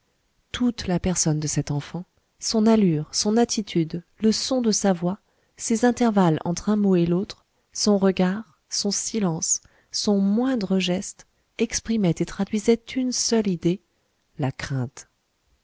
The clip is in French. toute la personne de cette enfant son allure son attitude le son de sa voix ses intervalles entre un mot et l'autre son regard son silence son moindre geste exprimaient et traduisaient une seule idée la crainte